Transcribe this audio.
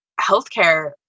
healthcare